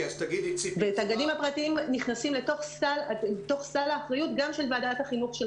הגנים הפרטיים נכנסים לתוך סל האחריות גם של ועדת החינוך,